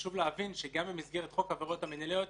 חשוב להבין שגם במסגרת חוק העבירות המינהליות,